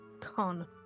Con